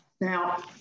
now